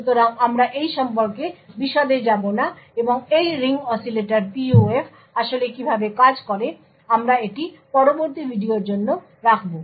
সুতরাং আমরা এই সম্পর্কে বিশদে যাব না এবং এই রিং অসিলেটর PUF আসলে কীভাবে কাজ করে আমরা এটি পরবর্তী ভিডিওর জন্য রাখব